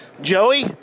Joey